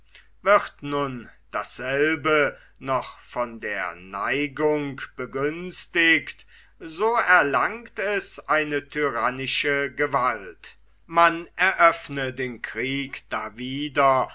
wird nun dasselbe noch von der neigung begünstigt so erlangt es eine tyrannische gewalt man eröffne den krieg dawider